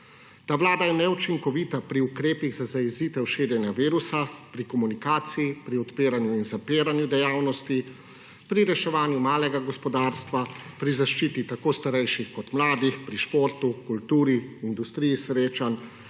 Ta vlada je neučinkovita pri ukrepih za zajezitev širjenja virusa, pri komunikaciji, pri odpiranju in zapiranju dejavnosti, pri reševanju malega gospodarstva, pri zaščiti tako starejših kot mladih, pri športu, kulturi, industriji srečanj,